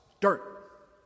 dirt